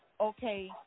okay